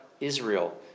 Israel